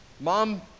Mom